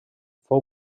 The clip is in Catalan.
fou